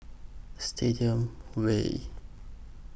Stadium Way